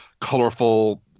colorful